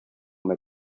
una